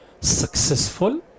successful